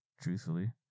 truthfully